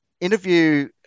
interview